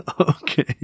Okay